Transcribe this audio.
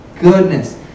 goodness